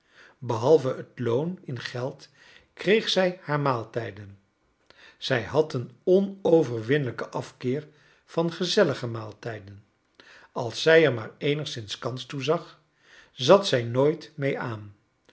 behalve het loon in geld kreeg zij haar maaltijden zij had een onoverwinnelijken afkeer van gezellige maaltijden als zij er maar eenigszins kans toe zag zat zij nooit mee aan